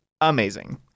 Amazing